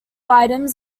items